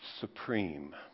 supreme